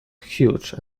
huge